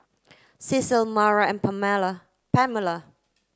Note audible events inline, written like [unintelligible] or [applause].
Cecil Maura and [unintelligible] Pamela